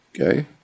Okay